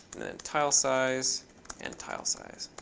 tile size and tile size,